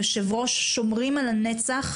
יושב ראש 'שומרים על הנצח',